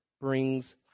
brings